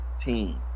team